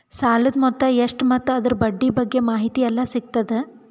ಸಾಲದ ಮೊತ್ತ ಎಷ್ಟ ಮತ್ತು ಅದರ ಬಡ್ಡಿ ಬಗ್ಗೆ ಮಾಹಿತಿ ಎಲ್ಲ ಸಿಗತದ?